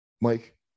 mike